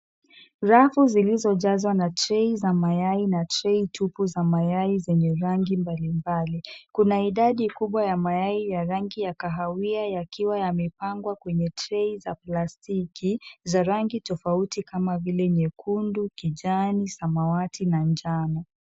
Rafu zilizojazwa na tray za mayai na tray tupu za mayai zenye rangi mbalimbali. Kuna idadi kubwa ya mayai ya rangi ya kahawia yakiwa yamepangwa kwenye tray za plastiki za rangi tofauti kama vile nyekundu, kijani, samawati, na njano.